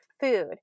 food